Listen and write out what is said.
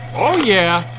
oh yeah.